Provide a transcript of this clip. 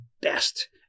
best